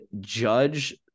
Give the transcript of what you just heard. judge